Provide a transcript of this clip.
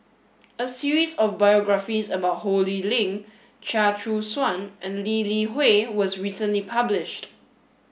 a series of biographies about Ho Lee Ling Chia Choo Suan and Lee Li Hui was recently published